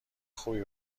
خوبی